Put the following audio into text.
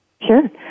Sure